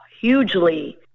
hugely